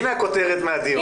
הנה הכותרת מהדיון.